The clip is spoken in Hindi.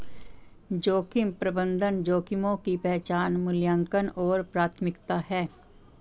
जोखिम प्रबंधन जोखिमों की पहचान मूल्यांकन और प्राथमिकता है